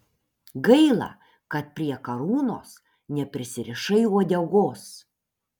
gaila kad prie karūnos neprisirišai uodegos